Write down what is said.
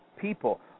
people